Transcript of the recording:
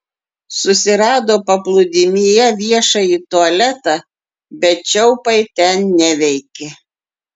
susirado paplūdimyje viešąjį tualetą bet čiaupai ten neveikė